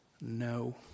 no